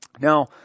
Now